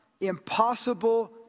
Impossible